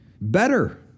better